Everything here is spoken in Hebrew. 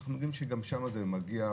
שאנחנו יודעים שגם שמה זה מגיע,